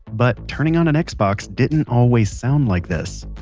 but turning on an xbox didn't always sound like this.